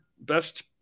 best